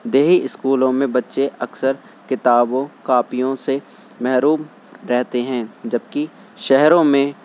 دیہی اسکولوں میں بچے اکثر کتابوں کاپیوں سے محروم رہتے ہیں جبکہ شہروں میں